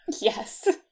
Yes